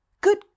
Good